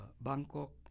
Bangkok